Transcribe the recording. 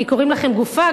כי קוראים לכם גופה,